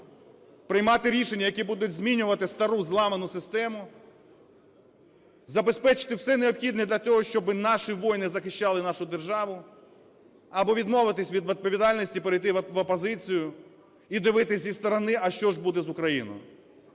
приймати рішення, які будуть змінювати стару, зламану систему, забезпечити все необхідне для того, щоб наші воїни захищали нашу державу, або відмовитися від відповідальності і перейти в опозицію, і дивитися зі сторони, а що ж буде з Україною.